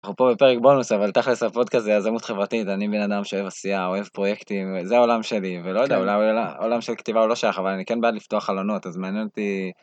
אפרופו בפרק בונוס אבל תכלס הפודקאסט זה יזמות חברתית אני בן אדם שאוהב עשייה אוהב פרויקטים זה העולם שלי ולא יודע אולי עולם של כתיבה הוא לא שייך, אבל אני כן בעד לפתוח חלונות אז מעניין אותי.